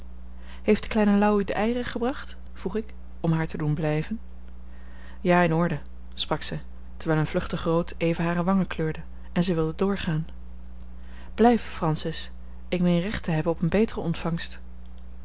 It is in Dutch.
heeft de kleine louw u de eieren gebracht vroeg ik om haar te doen blijven ja in orde sprak zij terwijl een vluchtig rood even hare wangen kleurde en zij wilde doorgaan blijf francis ik meen recht te hebben op eene betere ontvangst